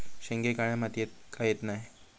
शेंगे काळ्या मातीयेत का येत नाय?